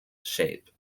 shape